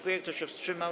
Kto się wstrzymał?